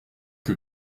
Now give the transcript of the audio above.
que